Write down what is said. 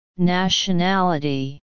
Nationality